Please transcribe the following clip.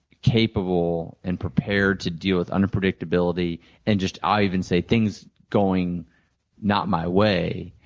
capable and prepared to deal with unpredictability and just, i'll even say things going not my way,